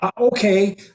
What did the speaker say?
Okay